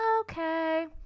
okay